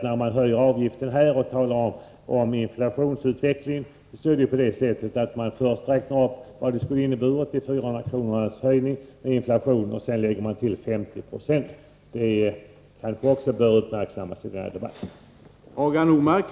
När man höjer avgiften och talar om inflationsutveckling betyder det att man först räknar upp vad inflationen skulle ha inneburit, och sedan lägger man till 50 26. Det kanske också bör uppmärksammas i denna debatt.